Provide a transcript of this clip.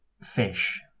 fish